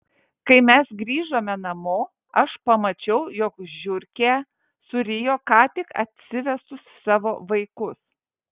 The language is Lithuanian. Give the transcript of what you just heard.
kai mes grįžome namo aš pamačiau jog žiurkė surijo ką tik atsivestus savo vaikus